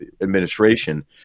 administration